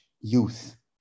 youth